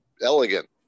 elegant